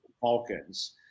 Falcons